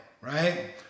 right